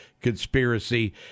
conspiracy